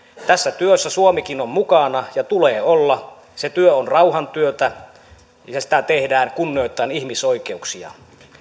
tässä työssä suomikin on mukana ja tulee olla se työ on rauhantyötä ja sitä tehdään kunnioittaen ihmisoikeuksia